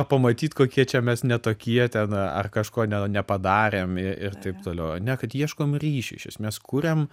pamatyt kokie čia mes ne tokie ten ar kažko ne nepadarėm ir taip toliau ane kad ieškom ryšio iš esmės kuriam